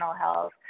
health